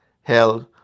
held